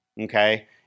okay